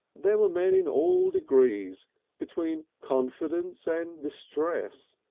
there were men in all degrees between confidence and distress,